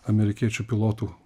amerikiečių pilotų